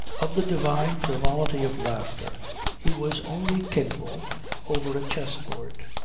of the divine frivolity of laughter he was only capable over a chess-board.